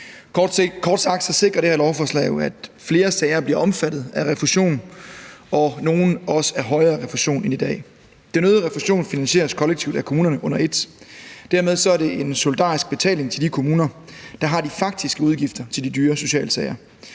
Kort sagt sikrer det her lovforslag jo, at flere sager bliver omfattet af refusion – og nogle også af højere refusion end i dag. Den øgede refusion finansieres kollektivt af kommunerne under et. Dermed er det en solidarisk betaling til de kommuner, der har de faktiske udgifter til de dyre socialsager.